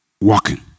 walking